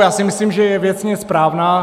Já si myslím, že je věcně správná.